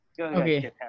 Okay